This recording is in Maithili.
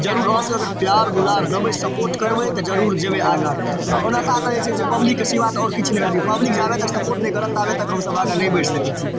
जरूर अहाँसब अगर प्यार दुलार देबै सपोर्ट करबै तऽ जरूर जेबै आगाँ ओना तऽ हमरासबके पब्लिकके सिवा तऽ आओर किछु नहि छै पब्लिक जाबे तक सपोर्ट नहि करत ताबे तक हमसब आगाँ नहि बढ़ि सकै छी